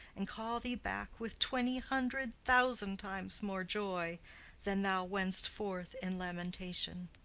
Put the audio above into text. and call thee back with twenty hundred thousand times more joy than thou went'st forth in lamentation.